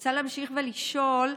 רוצה להמשיך ולשאול: